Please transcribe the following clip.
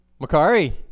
Makari